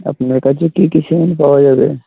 আপনার কাছে কি কি সিমেন্ট পাওয়া যাবে